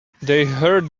heard